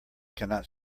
cannot